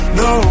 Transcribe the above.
no